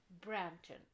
Brampton